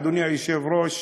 אדוני היושב-ראש,